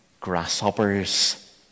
grasshoppers